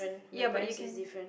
ya but you can